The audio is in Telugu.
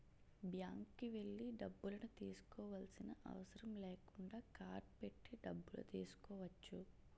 బ్యాంక్కి వెళ్లి డబ్బులను తీసుకోవాల్సిన అవసరం లేకుండా కార్డ్ పెట్టి డబ్బులు తీసుకోవచ్చు